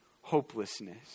hopelessness